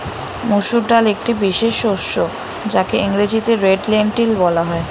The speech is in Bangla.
মুসুর ডাল একটি বিশেষ শস্য যাকে ইংরেজিতে রেড লেন্টিল বলা হয়